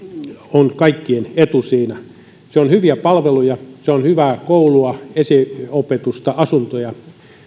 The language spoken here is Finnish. on kaikkien etu se on hyviä palveluja se on hyvää koulua esiopetusta asuntoja